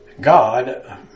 God